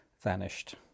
vanished